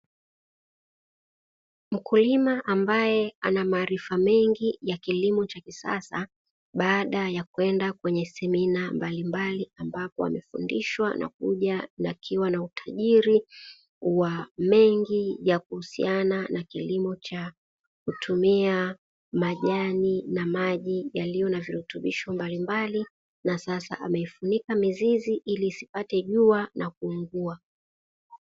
Mkulima ambaye ana maarifa mengi ya kilimo cha kisasa, baada ya kwenda kwenye semina mbalimbali ambako amefundishwa na kuja nakiwa na utajiri wa mengi ya kuhusiana na kilimo cha kutumia majani na maji yaliyo na virutubisho mbalimbali, na sasa amefunika mizizi ili isipate jua na kuungua.